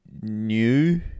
new